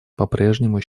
попрежнему